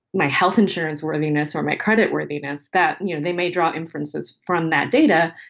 my health insurance worthiness or my credit worthiness, that and you know they may draw inferences from that data,